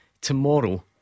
tomorrow